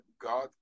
God